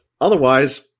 otherwise